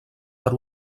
per